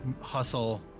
hustle